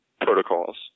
protocols